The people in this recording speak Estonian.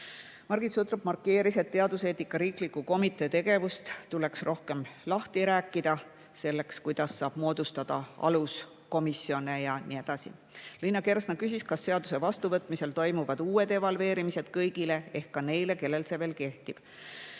Margit Sutrop markeeris, et teaduseetika riikliku komitee tegevust tuleks rohkem lahti rääkida, näiteks, kuidas saab moodustada aluskomisjone ja nii edasi. Liina Kersna küsis, kas seaduse vastuvõtmisel toimuvad uued evalveerimised kõigile ehk ka neile, kellele see veel kehtib.